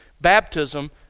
baptism